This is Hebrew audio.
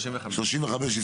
סליחה אני אומר שוב,